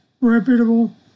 reputable